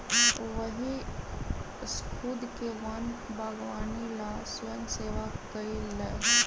वही स्खुद के वन बागवानी ला स्वयंसेवा कई लय